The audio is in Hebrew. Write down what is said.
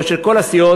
או של כל הסיעות,